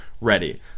ready